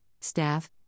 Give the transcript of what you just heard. staff